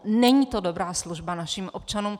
Není to dobrá služba našim občanům.